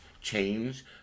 change